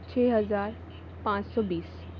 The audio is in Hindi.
छ हज़ार पांच सौ बीस